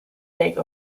take